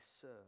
serve